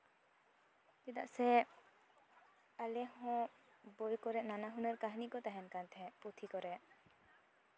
ᱪᱮᱫᱟᱜ ᱥᱮ ᱟᱞᱮ ᱦᱚᱸ ᱵᱳᱭ ᱠᱚᱨᱮᱜ ᱱᱟᱱᱟ ᱦᱩᱱᱟᱹᱨ ᱠᱟᱹᱦᱱᱤ ᱠᱚ ᱛᱟᱦᱮᱱ ᱠᱟᱱ ᱛᱟᱦᱮᱸᱜ ᱯᱩᱛᱷᱤ ᱠᱚᱨᱮᱜ